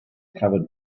covered